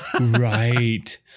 Right